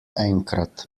enkrat